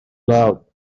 loud